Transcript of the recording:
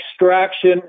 extraction